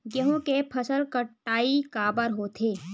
गेहूं के फसल कटाई काबर होथे?